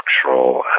structural